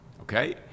Okay